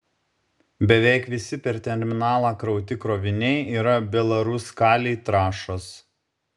beveik visi per terminalą krauti kroviniai yra belaruskalij trąšos